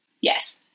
Yes